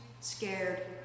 scared